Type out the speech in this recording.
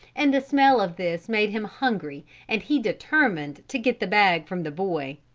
and the smell of this made him hungry and he determined to get the bag from the boy.